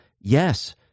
Yes